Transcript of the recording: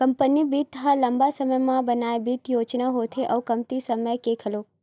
company बित्त ह लंबा समे बर बनाए बित्त योजना होथे अउ कमती समे के घलोक